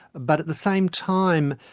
but at the same time,